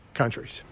countries